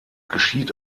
geschieht